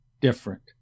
different